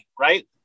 right